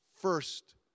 first